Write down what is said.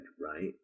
right